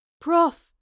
Prof